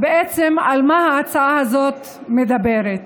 על מה ההצעה הזו מדברת?